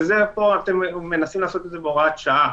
ופה אתם מנסים לעשות את זה בהוראת שעה.